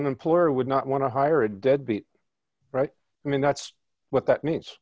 an employer would not want to hire a deadbeat right i mean that's what that means